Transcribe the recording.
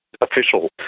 official